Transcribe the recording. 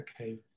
okay